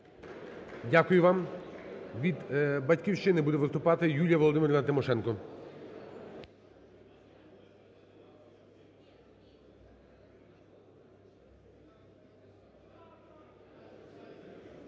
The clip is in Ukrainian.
Дякую вам. Від "Батьківщини" буде виступати Юлія Володимирівна Тимошенко.